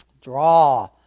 draw